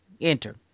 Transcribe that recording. enter